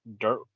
dirt